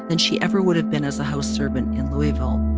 than she ever would have been as a house servant in louisville